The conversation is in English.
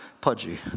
Pudgy